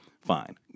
Fine